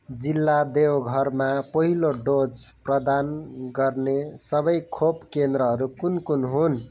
जिल्ला देवघरमा पहिलो डोज प्रदान गर्ने सबै खोप केन्द्रहरू कुन कुन हुन्